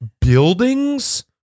buildings